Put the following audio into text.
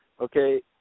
Okay